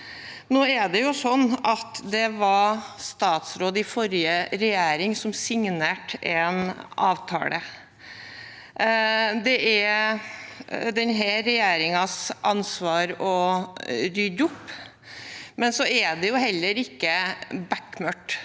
sånn at det var en statsråd i forrige regjering som signerte en avtale. Det er denne regjeringens ansvar å rydde opp, men det er jo heller ikke bekmørkt.